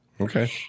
Okay